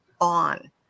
on